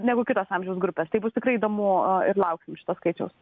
negu kitos amžiaus grupės tai bus tikrai įdomu ir lauksim šito skaičiaus